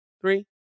three